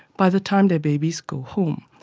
by the time their babies go home.